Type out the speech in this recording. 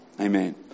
Amen